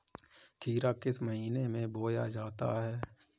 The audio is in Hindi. खीरा किस महीने में बोया जाता है?